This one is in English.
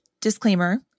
disclaimer